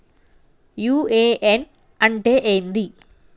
UAN అంటే ఏంది?